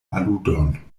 aludon